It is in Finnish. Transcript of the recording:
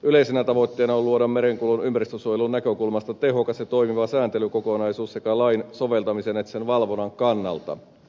yleisenä tavoitteena on luoda merenkulun ympäristönsuojelun näkökulmasta tehokas ja toimiva sääntelykokonaisuus sekä lain soveltamisen että sen valvonnan kannalta